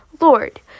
lord